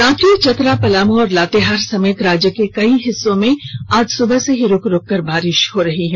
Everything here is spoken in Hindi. रांची चतरा पलामू और लातेहार समेत राज्य के कई हिस्सों में आज सुबह से ही रुक रुककर बारिश हो रही है